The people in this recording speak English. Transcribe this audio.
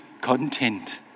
content